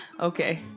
Okay